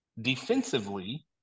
Defensively